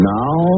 now